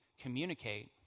communicate